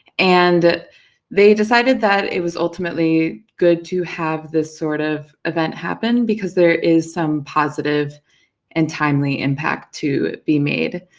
and they decided that it was ultimately good to have this sort of event happen, because there is some positive and timely impact to be made,